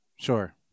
Sure